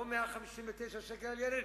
לא 159 שקל על ילד,